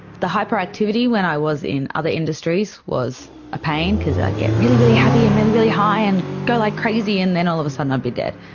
the hyperactivity, when i was in other industries, was a pain because i'd get really, really happy and really, really high and go like crazy, and then all of a sudden i'd be dead,